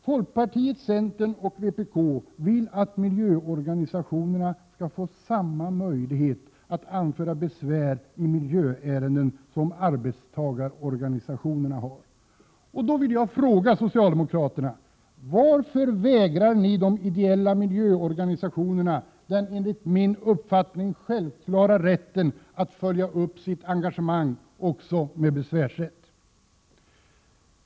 Folkpartiet, centern och vpk vill att miljöorganisationerna skall få samma möjlighet att anföra besvär i miljöärenden som arbetstagarorganisationerna har. Jag vill fråga socialdemokraterna: Varför vägrar ni de ideella miljöorganisationerna den enligt min uppfattning självklara rätten att följa upp sitt engagemang också med besvärsrätt?